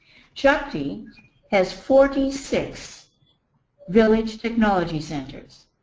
shakti has forty six village technology centers,